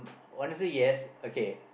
wanna say yes okay